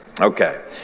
Okay